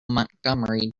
montgomery